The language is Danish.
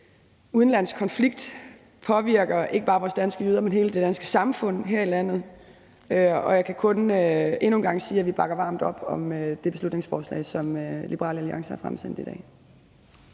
udenlandsk konflikt påvirker ikke bare vores danske jøder, men hele det danske samfund her i landet, og jeg kan kun endnu en gang sige, at vi i dag bakker varmt op det beslutningsforslag, som Liberal Alliance har fremsat. Kl.